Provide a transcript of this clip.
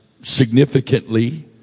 significantly